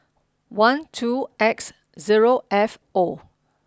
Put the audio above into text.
one two X zero F O